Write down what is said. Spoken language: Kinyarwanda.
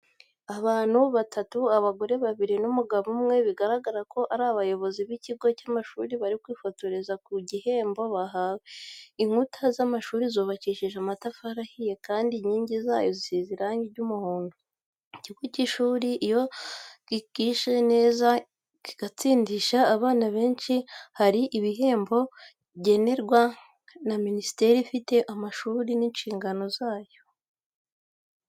Abantu batatu, abagore babiri n'umugabo umwe, bigaragara ko ari abayobozi b'ikigo cy'amashuri bari kwifotoreza ku gihembo bahawe. Inkuta z'amashuri zubakishije amatafari ahiye kandi inkingi zayo zisize irangi ry'umuhondo. Ikigo cy'ishuri iyo kigisha neza kigatsindisha abana benshi hari ibihembo kigenerwa na minisiteri ifite amashuri mu nshingano zayo.